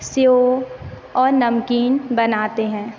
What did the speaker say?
save और नमकीन बनाते हैं